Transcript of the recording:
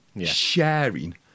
sharing